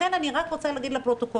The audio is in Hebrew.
לכן אני רק רוצה להגיד לפרוטוקול,